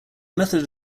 method